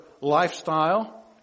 lifestyle